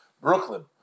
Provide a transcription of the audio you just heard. Brooklyn